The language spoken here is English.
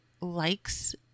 likes